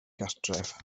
gartref